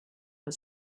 but